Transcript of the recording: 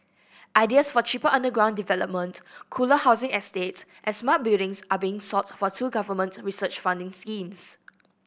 ideas for cheaper underground development cooler housing estates and smart buildings are being sought for two government research funding schemes